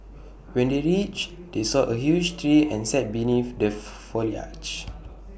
when they reached they saw A huge tree and sat beneath the foliage